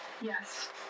Yes